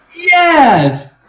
Yes